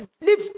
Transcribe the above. leave